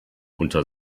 unter